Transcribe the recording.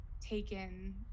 taken